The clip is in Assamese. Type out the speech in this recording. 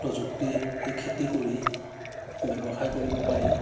প্ৰযুক্তিৰে খেতি কৰি ব্যৱসায় কৰিব পাৰি